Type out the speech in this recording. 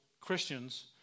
Christians